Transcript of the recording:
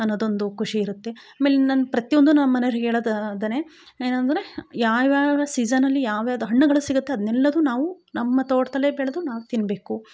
ಅನ್ನೋದೊಂದು ಖುಷಿಯಿರತ್ತೆ ಆಮೇಲೆ ನನ್ನ ಪ್ರತಿಯೊಂದು ನಮ್ಮ ಮನೆಯವರಿಗೆ ಹೇಳೋದದನೆ ಏನಂದರೆ ಯಾವ್ಯಾವ ಸೀಜನಲ್ಲಿ ಯಾವ್ಯಾವ್ದು ಹಣ್ಣುಗಳು ಸಿಗುತ್ತೆ ಅದನ್ನೆಲ್ಲದು ನಾವು ನಮ್ಮ ತೋಟದಲ್ಲೆ ಬೆಳೆದು ನಾವು ತಿನ್ಬೇಕು